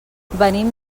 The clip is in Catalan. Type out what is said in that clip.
venim